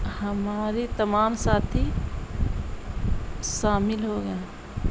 ہماری تمام ساتھی شامل ہو گئے